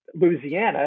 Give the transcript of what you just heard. Louisiana